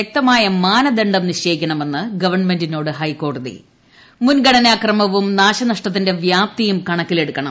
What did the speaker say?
വൃക്തമായ മാനദണ്ഡം നിശ്ചയിക്കണമെന്ന് ഗവൺമെന്റിനോട് ഹൈക്കോടത്തി മുൻഗണനാ ക്രമവും നാശനഷ്ടത്തിന്റെ ്വ്യാപ്തിയും കണക്കിലെടുക്കണം